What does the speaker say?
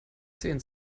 zehn